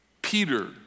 Peter